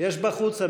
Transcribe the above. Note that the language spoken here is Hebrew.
יש בחוץ?